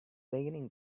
beginning